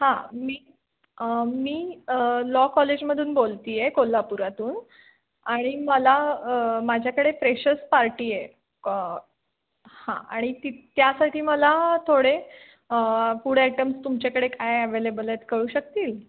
हां मी मी लॉ कॉलेजमधून बोलते आहे कोल्हापुरातून आणि मला माझ्याकडे फ्रेशर्स पार्टी आहे क हां आणि ती त्यासाठी मला थोडे फूड आयटम्स तुमच्याकडे काय ॲवेलेबल आहेत कळू शकतील